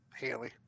Haley